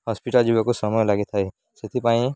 hospital ଯିବାକୁ ସମୟ ଲାଗିଥାଏ ସେଥିପାଇଁ